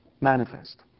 manifest